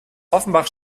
offenbach